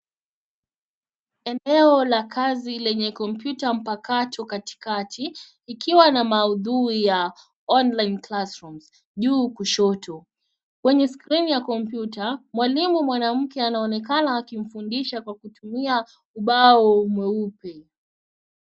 Eneo la kazi lenye kompyuta mpakato katikati ikiwa na maudhui ya Online Classroom juu kushoto. Kwenye skrini ya kompyuta, mwalimu mwanamke anaonekana akifundisha kwa kutumia ubao mweupe.